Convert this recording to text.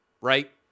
right